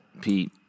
Pete